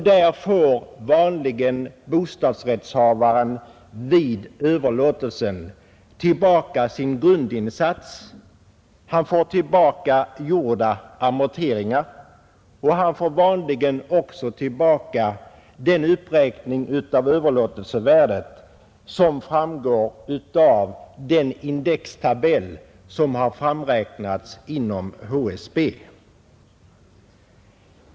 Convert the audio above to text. Där får bostadsrättshavaren vanligen vid överlåtelse tillbaka sin grundinsats, gjorda amorteringar och vanligen också den uppräkning av överlåtelsevärdet som framgår av den indextabell som framräknats inom HSB.